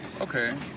Okay